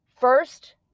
First